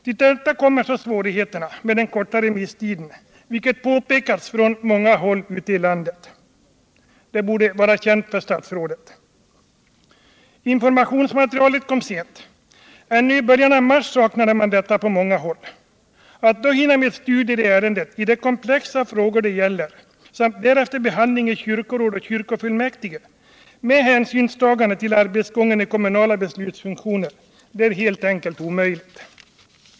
Till detta kommer svårigheterna med den korta remisstiden, vilket påpekats från många håll ute i landet och borde vara känt för statsrådet. Informationsmaterialet kom sent. Ännu i början av mars saknade man det på många håll. Att då hinna med studier i ärendet — i det komplex av frågor det gäller — samt därefter behandling i kyrkoråd och kyrkofullmäktige med hänsynstagande till arbetsgången i kommunala beslutsfunktioner, det är helt enkelt omöjligt.